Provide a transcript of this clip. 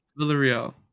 Villarreal